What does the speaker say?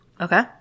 Okay